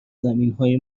زمینهای